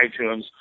iTunes